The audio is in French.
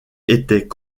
était